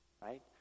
right